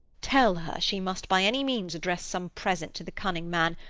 tell her, she must by any means address some present to the cunning man,